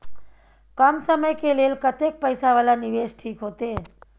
कम समय के लेल कतेक पैसा वाला निवेश ठीक होते?